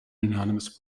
anonymous